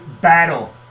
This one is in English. battle